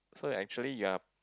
so actually you are